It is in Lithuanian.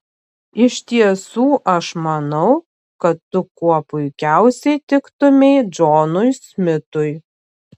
iš tiesų aš manau kad tu kuo puikiausiai tiktumei džonui smitui